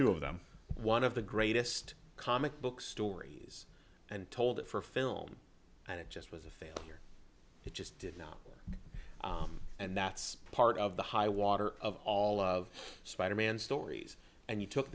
two of them one of the greatest comic book stories and told it for film and it just was a failure it just did not and that's part of the highwater of all of spider man stories and you took